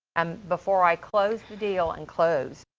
um before i closed the deal and closed,